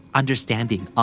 understanding